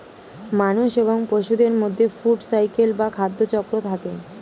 মানুষ এবং পশুদের মধ্যে ফুড সাইকেল বা খাদ্য চক্র থাকে